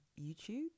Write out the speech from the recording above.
YouTube